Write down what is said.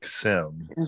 sim